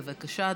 בבקשה,